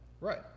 Right